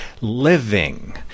living